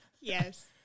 Yes